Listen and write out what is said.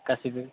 गासैबो